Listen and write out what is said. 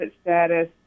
status